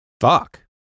fuck